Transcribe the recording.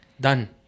done